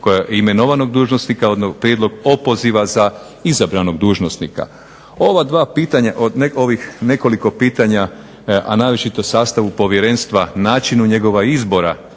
razrješenje imenovanog dužnosnika, odnosno prijedlog opoziva za izabranog dužnosnika. Ova dva pitanja od ovih nekoliko pitanja, a naročito sastavu povjerenstva, načinu njegova izbora